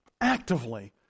actively